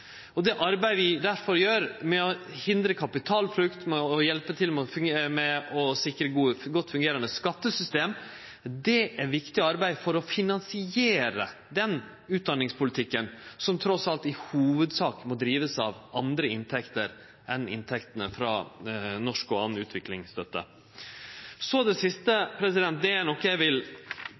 det arbeidet vi gjer med å hindre kapitalflukt, med å sikre eit godt fungerande skattesystem, eit viktig arbeid for å finansiere den utdanningspolitikken – som trass alt i hovudsak må drivast av andre inntekter enn inntektene frå norsk og anna utviklingsstøtte. Så til det siste, og det er noko eg vil